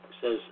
says